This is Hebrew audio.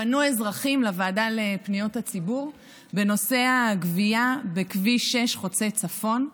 פנו אזרחים לוועדה לפניות הציבור בנושא הגבייה בכביש 6 חוצה צפון,